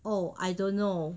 oh I don't know